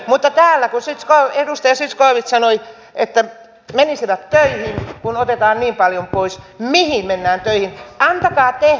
mutta täällä kun edustaja zyskowicz sanoi että menisivät töihin kun otetaan niin paljon pois mihin mennään töihin